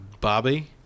Bobby